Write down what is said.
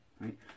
right